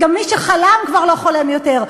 גם מי שחלם כבר לא חולם יותר,